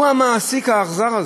הוא המעסיק האכזר הזה,